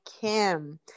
Kim